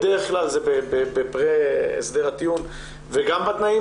בדרך כלל זה לפני הסדר הטיעון וגם בתנאים